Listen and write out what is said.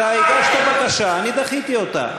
הגשת בקשה, אני דחיתי אותה.